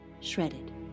shredded